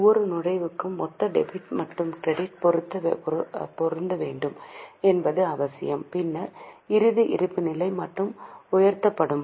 ஒவ்வொரு நுழைவுக்கும் மொத்த டெபிட் மற்றும் கிரெடிட் பொருந்த வேண்டும் என்பது அவசியம் பின்னர் இறுதி இருப்புநிலை மட்டுமே உயர்த்தப்படும்